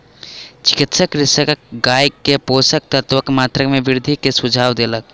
चिकित्सक कृषकक गाय के पोषक तत्वक मात्रा में वृद्धि के सुझाव देलक